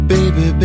Baby